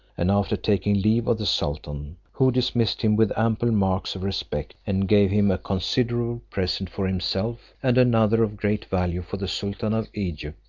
and after taking leave of the sultan, who dismissed him with ample marks of respect, and gave him a considerable present for himself, and another of great value for the sultan of egypt,